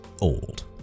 old